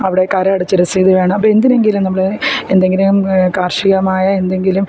അവിടെ കരം അടച്ച രസീത് വേണം അപ്പം എന്തിനെങ്കിലും നമ്മൾ എന്തെങ്കിലും കാർഷികമായ എന്തെങ്കിലും